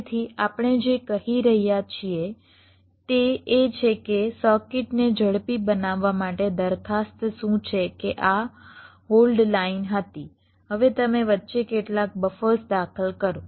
તેથી આપણે જે કહી રહ્યા છીએ તે એ છે કે સર્કિટને ઝડપી બનાવવા માટે દરખાસ્ત શું છે કે આ હોલ્ડ લાઇન હતી હવે તમે વચ્ચે કેટલાક બફર્સ દાખલ કરો